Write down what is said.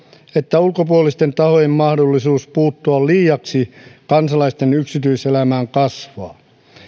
että ulkopuolisten tahojen mahdollisuus puuttua liiaksi kansalaisten yksityiselämään kasvaa